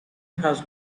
has